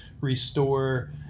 restore